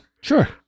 Sure